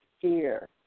Fear